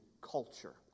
culture